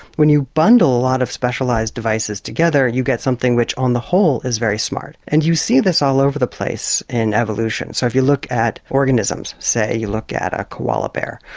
when you bundle a lot of specialised devices together you get something which on the whole is very smart and you see this all over the place in evolution. so if you look at organisms, say you look at a koala bear,